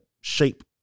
shape